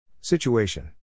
Situation